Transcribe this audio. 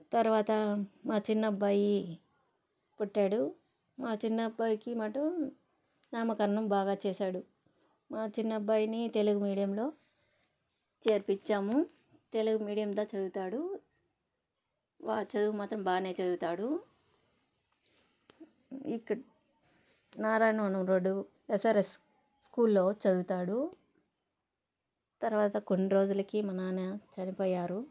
తర్వాత మా చిన్నబ్బాయి పుట్టాడు మా చిన్నబ్బాయికి మాటు నామకరణం బాగా చేశాడు మా చిన్నబ్బాయిని తెలుగు మీడియంలో చేర్పించాము తెలుగు మీడియందా చదువుతాడు వాడు చదువు మాత్రం బాగానే చదువుతాడు ఇక్కడ నారాయణవనం రోడ్డు ఎస్ఆర్ఎస్ స్కూల్లో చదువుతాడు తర్వాత కొన్ని రోజులకి మా నాన్న చనిపోయారు